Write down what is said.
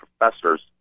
professors